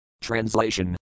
Translation